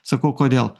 sakau kodėl